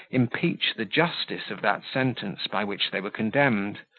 impeach the justice of that sentence by which they were condemned